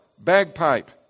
bagpipe